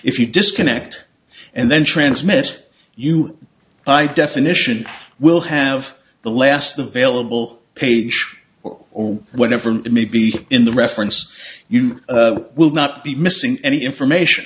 if you disconnect and then transmit you i def initially will have the last the vailable page or whatever it may be in the reference you will not be missing any information